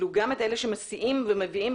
גם את אלה שמסיעים ומביאים,